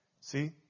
See